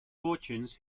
fortunes